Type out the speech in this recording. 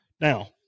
Now